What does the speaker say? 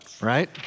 right